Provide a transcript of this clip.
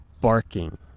barking